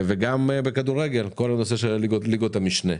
גם בכדורגל כל הנושא של ליגות המשנה.